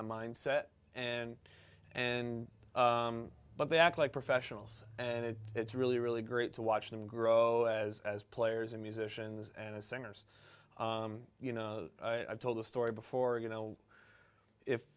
of mindset and and but they act like professionals and it's really really great to watch them grow as as players and musicians and singers you know i told the story before you know if